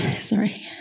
Sorry